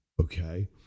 okay